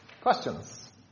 Questions